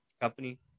company